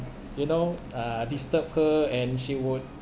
you know uh disturb her and she would